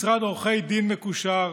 משרד עורכי דין מקושרים,